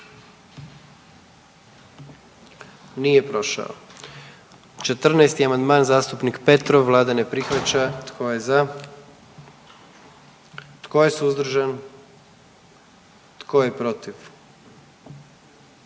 dio zakona. 44. Kluba zastupnika SDP-a, vlada ne prihvaća. Tko je za? Tko je suzdržan? Tko je protiv?